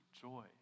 joy